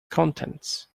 contents